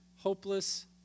hopeless